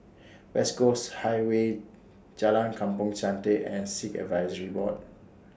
West Coast Highway Jalan Kampong Chantek and Sikh Advisory Board